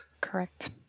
correct